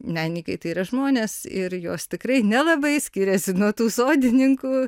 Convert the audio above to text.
menininkai tai yra žmonės ir jos tikrai nelabai skiriasi nuo tų sodininkų